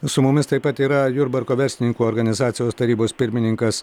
su mumis taip pat yra jurbarko verslininkų organizacijos tarybos pirmininkas